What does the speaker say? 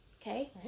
okay